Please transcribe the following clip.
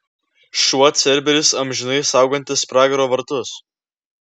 šuo cerberis amžinai saugantis pragaro vartus